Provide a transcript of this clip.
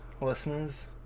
listeners